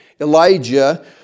Elijah